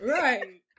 right